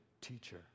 teacher